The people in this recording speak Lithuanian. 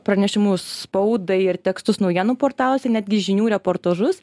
pranešimus spaudai ir tekstus naujienų portaluose netgi žinių reportažus